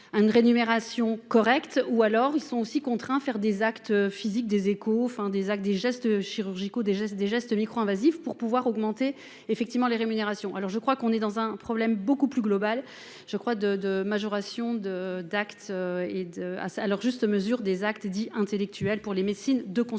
un une rémunération correcte ou alors ils sont aussi contraints à faire des actes physiques des échos, enfin des actes des gestes chirurgicaux, des gestes, des gestes micro-invasif pour pouvoir augmenter effectivement les rémunérations alors je crois qu'on est dans un problème beaucoup plus globale, je crois, de de majoration de Dax et de à leur juste mesure des actes dits intellectuels pour les médecines de consultation.